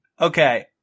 Okay